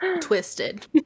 twisted